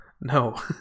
No